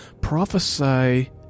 prophesy